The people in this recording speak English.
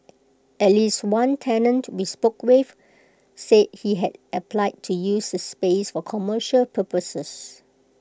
at least one tenant we spoke with said he had applied to use the space for commercial purposes